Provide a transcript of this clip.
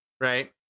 right